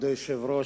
כבוד היושב-ראש,